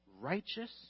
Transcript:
righteous